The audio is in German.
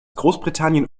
großbritannien